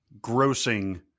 grossing